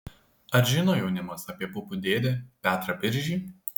ar žino jaunimas apie pupų dėdę petrą biržį